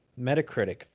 Metacritic